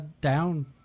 down